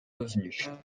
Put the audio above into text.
revenus